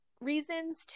reasons